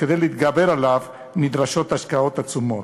שכדי להתגבר עליו נדרשות השקעות עצומות.